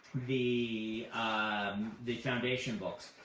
the the foundation books.